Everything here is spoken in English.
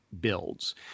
builds